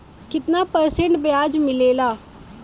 कितना परसेंट ब्याज मिलेला?